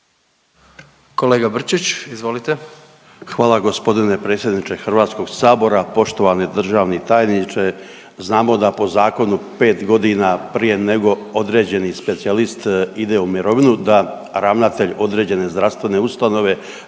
**Brčić, Luka (HDZ)** Hvala gospodine predsjedniče Hrvatskog sabora. Poštovani državni tajniče, znamo da po zakonu 5 godina prije nego određeni specijalist ide u mirovinu, da ravnatelj određene zdravstvene ustanove